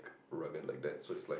rugged like that so he's like